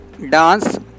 Dance